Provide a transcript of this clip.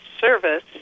service